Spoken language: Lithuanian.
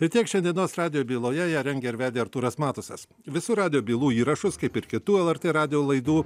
ir tiek šiandienos radijo byloje ją rengė ar vedė artūras matusas visų radijo bylų įrašus kaip ir kitų lrt radijo laidų